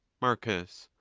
marcus.